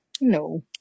No